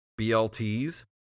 BLTs